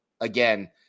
again